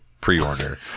pre-order